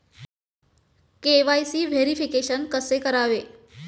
KYC verification कसे करावे?